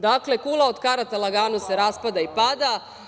Dakle, kula od karata lagano se raspada i pada.